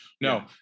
No